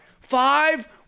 five